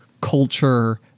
culture